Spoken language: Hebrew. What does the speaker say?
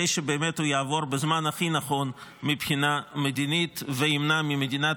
שבאמת הוא יעבור בזמן הכי נכון מבחינה מדינית וימנע ממדינת